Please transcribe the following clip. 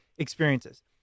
experiences